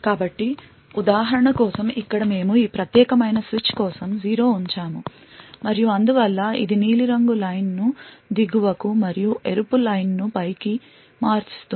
కాబట్టి ఉదాహరణ కోసం ఇక్కడ మేము ఈ ప్రత్యేకమైన స్విచ్ కోసం 0 ఉంచాము మరియు అందువల్ల ఇది నీలిరంగు లైన్ను దిగువకు మరియు ఎరుపు లైన్ను పైకి మారుస్తుంది